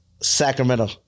Sacramento